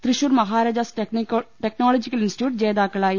Thrissur Maharajas technological institute ജേതാക്കളായി